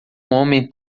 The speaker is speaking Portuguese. homem